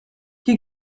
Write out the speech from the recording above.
die